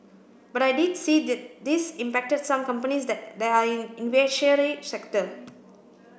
but I did see that this impacted some companies that they are in in sector